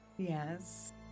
Yes